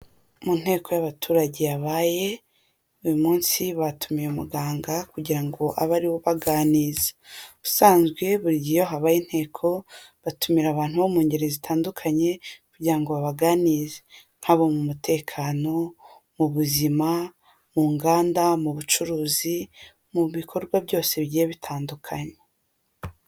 Mu nteko y'abaturage yabaye uyu munsi batumiye muganga kugira ngo abe ariho baganiriza, usanzwe buri gihe habaye inteko batumira abantu bo mu ngeri zitandukanye kugira ngo babaganize; nk'abo mu mutekano, mu buzima, mu nganda, mu bucuruzi, mu bikorwa byose bigiye bitandukanye.